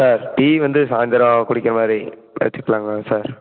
sir tea வந்து சாயந்தரோம் குடிக்கிற மாதிரி வச்சுக்கிலாங்களா சார்